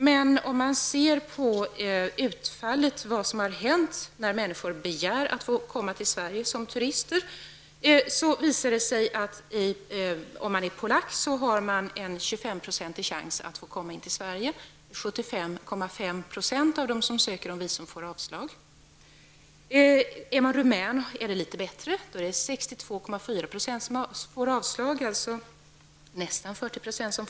Men om man ser till vad som har hänt när människor har begärt att få komma till Sverige som turister, visar det sig att en polack har bara en 25-procentig chans att få komma till Sverige -- 75,5 % av dem som ansöker om visum får avslag. För den som är rumän är det litet bättre: 62,4 % får avslag. Alltså får nästan 40 % ja.